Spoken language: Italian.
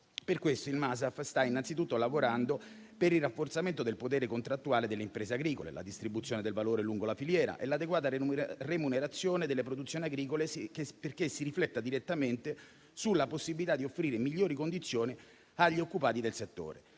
Per questo il Masaf sta innanzitutto lavorando per il rafforzamento del potere contrattuale delle imprese agricole, la distribuzione del valore lungo la filiera e l'adeguata remunerazione delle produzioni agricole, perché si riflettano direttamente sulla possibilità di offrire migliori condizioni agli occupati del settore.